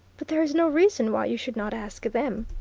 but there is no reason why you should not ask them.